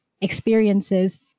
experiences